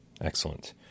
Excellent